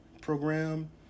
program